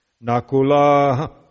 Nakula